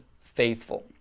faithful